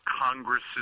congress